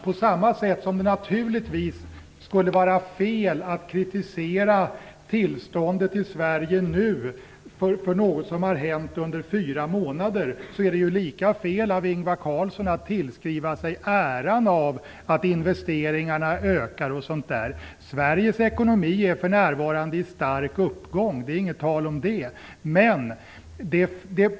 På samma sätt som det skulle vara fel att kritisera tillståndet i Sverige nu och påstå att det beror på något som har hänt under fyra månader, är det fel av Ingvar Carlsson att tillskriva sig äran av att investeringarna ökar. Sveriges ekonomi är för närvarande i stark uppgång. Det är inte tu tal om det.